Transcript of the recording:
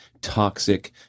toxic